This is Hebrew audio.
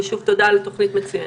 ושוב, תודה על תוכנית מצוינת.